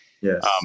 Yes